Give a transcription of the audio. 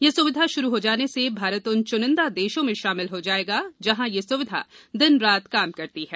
यह सुविधा शुरू हो जाने से भारत उन चुनिंदा देशों में शामिल हो जाएगा जहां यह सुविधा दिन रात काम करती है